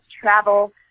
travel